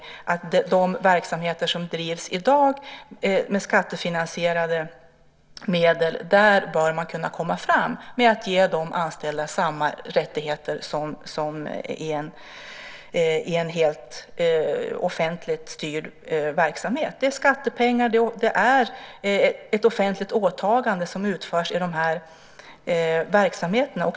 När det gäller de verksamheter som drivs i dag med skattefinansierade medel bör man kunna komma fram med att ge de anställda samma rättigheter som i en helt offentligt styrd verksamhet. Det är skattepengar det är fråga om och ett offentligt åtagande som utförs i verksamheterna.